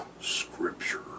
Scripture